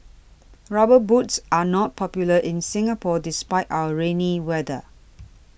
rubber boots are not popular in Singapore despite our rainy weather